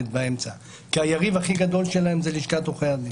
באמצע כי היריב הכי גדול שלהם זה לשכת עורכי הדין.